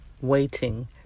waiting